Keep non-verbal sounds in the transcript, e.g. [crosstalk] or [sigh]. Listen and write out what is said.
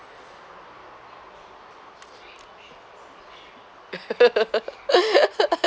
[laughs]